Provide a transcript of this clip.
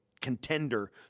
contender